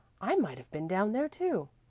i might have been down there too!